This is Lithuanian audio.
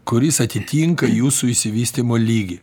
kuris atitinka jūsų išsivystymo lygį